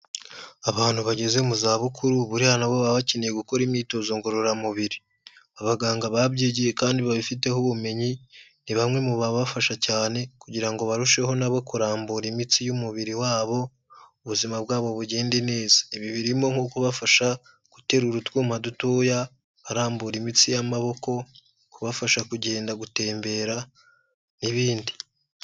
Abantu bageze mu zabukuru buriya nabo baba bakeneye gukora imyitozo ngororamubiri. Abaganga babyigiye kandi babifiteho ubumenyi ni bamwe mu babafasha cyane kugirango barusheho nabo kurambura imitsi y'umubiri wabo, ubuzima bwabo bugende neza. Ibi birimo nko kubafasha guterura utwuma dutoya barambura imitsi y'amaboko, kubafasha kugenda gutembera n'ibindi.